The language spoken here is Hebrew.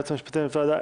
היועץ המשפטי לוועדה,